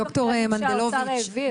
ד"ר מנדלוביץ,